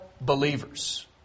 believers